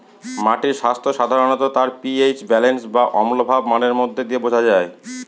মাটির স্বাস্থ্য সাধারনত তার পি.এইচ ব্যালেন্স বা অম্লভাব মানের মধ্যে দিয়ে বোঝা যায়